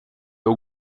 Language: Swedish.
och